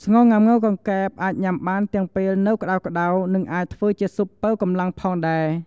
ស្ងោរងាំង៉ូវកង្កែប អាចញុំាបានទាំងពេលនៅក្ដៅៗ និងអាចធ្វើជាស៊ុបប៉ូវកម្លាំងផងដែរ។